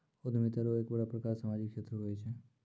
उद्यमिता रो एक बड़ो प्रकार सामाजिक क्षेत्र हुये छै